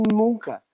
nunca